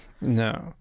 No